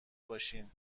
باشین